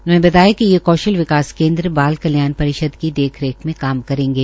उन्होंने बताया कि ये कौशल विकास केन्द्र बाल कल्याण परिषद की देख रेख मे काम करेंगे